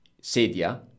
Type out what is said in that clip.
sedia